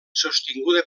sostinguda